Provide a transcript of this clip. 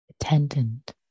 attendant